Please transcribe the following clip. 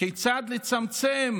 לצמצם